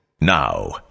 now